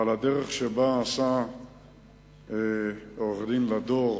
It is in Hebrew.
אבל הדרך שבה פעל עורך-דין לדור,